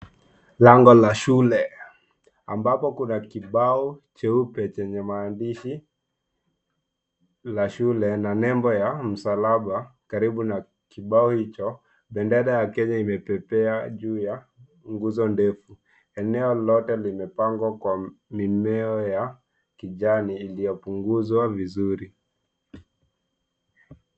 Lango la shule ambapo kuna kibao cheupe chenye maandishi la shule na nembo ya msalaba karibu na kibao hicho. Bendera ya Kenya imepepea juu ya nguzo ndefu. Eneo lote limepangwa kwa mimea ya kijani iliyopunguzwa vizuri.